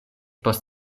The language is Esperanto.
post